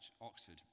Oxford